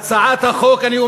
"חוצפן", שיסתום את הפה.